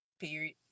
Period